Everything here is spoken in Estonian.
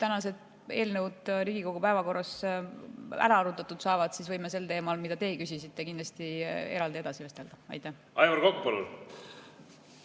tänased eelnõud Riigikogu päevakorras ära arutatud saavad, siis võime sel teemal, mida teie küsisite, kindlasti eraldi edasi vestelda. Aitäh! Ma